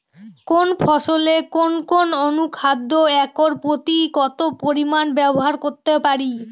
কোন ফসলে কোন কোন অনুখাদ্য একর প্রতি কত পরিমান ব্যবহার করতে পারি?